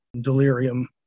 delirium